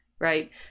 Right